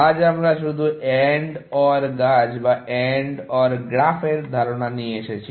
আজ আমরা শুধু AND OR গাছ বা AND OR গ্রাফের ধারণা নিয়ে এসেছি